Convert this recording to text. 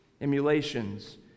emulations